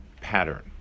pattern